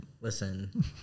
Listen